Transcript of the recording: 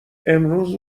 امروز